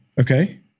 Okay